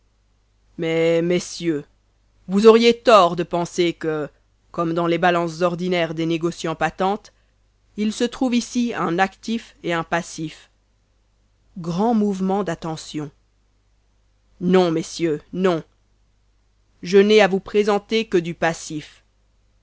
mais messieurs vous auriez tort de penser que comme dans les balances ordinaires des négocians patentés il se trouve ici un actif et un passif grand mouvement d'attention non messieurs non je n'ai à vous présenter que du passif